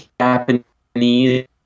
Japanese